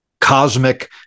cosmic